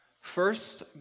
First